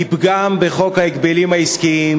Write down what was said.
היא פגם בחוק ההגבלים העסקיים,